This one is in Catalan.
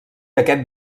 aquest